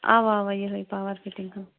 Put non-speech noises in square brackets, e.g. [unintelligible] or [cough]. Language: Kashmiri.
اَوا اَوا یِہوٚے پاوَر فِٹِنٛگ [unintelligible]